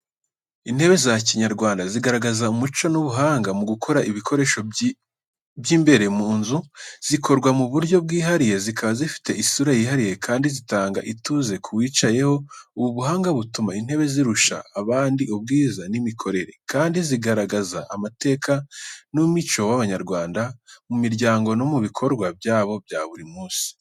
Intebe za Kinyarwanda zigaragaza umuco n’ubuhanga mu gukora ibikoresho by’imbere mu nzu. Zikorwa mu buryo bwihariye, zikaba zifite isura yihariye, kandi zitanga ituze ku wicayeho. Ubu buhanga butuma intebe zirusha abandi ubwiza n’imikorere, kandi zigaragaza amateka n’umico w’Abanyarwanda mu miryango no mu bikorwa byabo bya buri munsi.